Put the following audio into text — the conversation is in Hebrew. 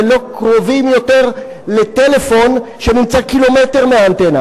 ולא קרובים יותר לטלפון שנמצא קילומטר מהאנטנה,